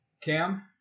Cam